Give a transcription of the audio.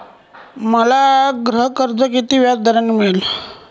मला गृहकर्ज किती व्याजदराने मिळेल?